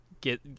get